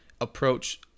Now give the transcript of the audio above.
approach